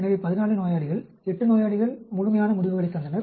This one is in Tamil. எனவே 14 நோயாளிகள் 8 நோயாளிகள் முழுமையான முடிவுகளைத் தந்தனர்